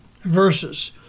verses